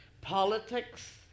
politics